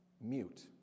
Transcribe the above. mute